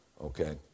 okay